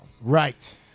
Right